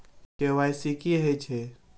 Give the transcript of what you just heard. KYC की हे छे?